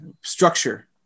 structure